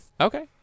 Okay